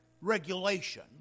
regulation